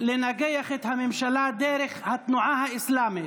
לנגח את הממשלה דרך התנועה האסלאמית.